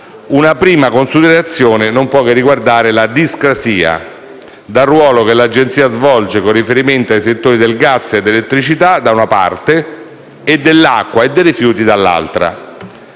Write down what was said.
una prima considerazione non può che riguardare la discrasia rispetto al ruolo che l'Agenzia svolge con riferimento ai settori del gas ed elettricità, da una parte, e dell'acqua e dei rifiuti, dall'altra.